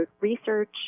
research